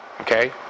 okay